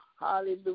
hallelujah